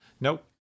Nope